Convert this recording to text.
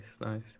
nice